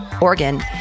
Oregon